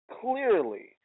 clearly